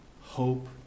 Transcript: Hope